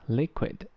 liquid 。